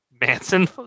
manson